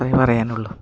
അത്രയേ പറയാനുള്ളൂ